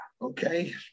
Okay